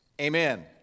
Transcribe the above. Amen